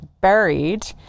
buried